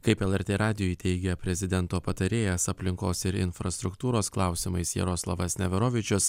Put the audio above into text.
kaip lrt radijui teigė prezidento patarėjas aplinkos ir infrastruktūros klausimais jaroslavas neverovičius